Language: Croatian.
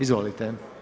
Izvolite.